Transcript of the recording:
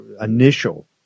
initial